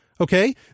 Okay